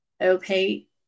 okay